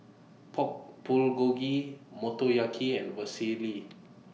Pork Bulgogi Motoyaki and Vermicelli